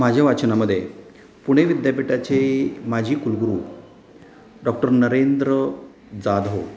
माझ्या वाचनामदे पुणे विद्यापीठाची माजी कुलगुरू डॉक्टर नरेंद्र जाधव